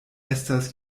estas